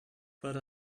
but